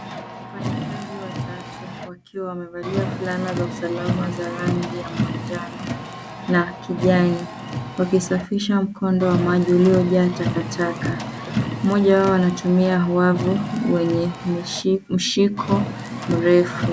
Mfanyakazi watatu wakiwa wamevalia fulana za usalama za rangi ya manjano na kijani, wakisafisha mkondo wa maji uliojaa takataka. Mmoja wao anatumia wavu kwenye mshiko mrefu.